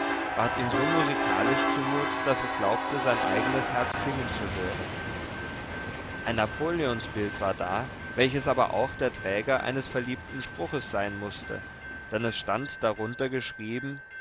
ward ihm so musikalisch zumut daß es glaubte sein eigenes herz klingen zu hören ein napoleonsbild war da welches aber auch der träger eines verliebten spruches sein mußte denn es stand darunter geschrieben